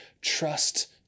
trust